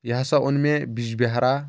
یہِ ہسا اوٚن مےٚ بِجبہرا